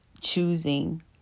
choosing